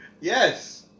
Yes